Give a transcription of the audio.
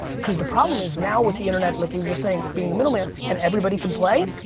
because the problem is now with the internet like we were just saying being the middle man and everybody can play,